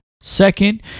Second